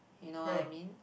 you know I mean